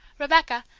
rebecca,